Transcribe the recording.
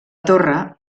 torre